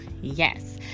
Yes